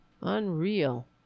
Unreal